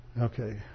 okay